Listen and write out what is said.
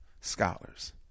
scholars